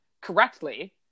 correctly